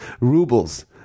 rubles